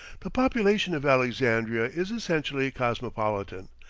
the population of alexandria is essentially cosmopolitan,